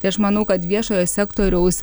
tai aš manau kad viešojo sektoriaus